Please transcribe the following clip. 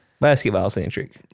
Basketball-centric